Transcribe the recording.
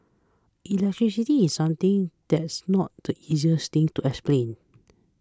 electricity is something that's not the easiest thing to explain